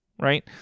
right